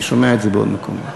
אני שומע את זה בעוד מקומות.